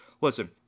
Listen